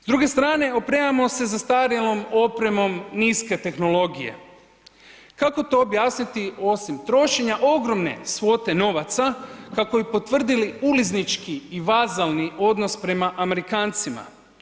S druge strane opremamo se zastarjelom opremom niske tehnologije, kako to objasniti osim trošenja ogromne svote novaca kako bi potvrdili uliznički i vazalni odnos prema Amerikancima.